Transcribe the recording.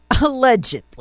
allegedly